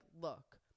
look